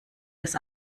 des